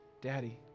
Daddy